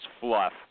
fluff